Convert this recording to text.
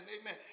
Amen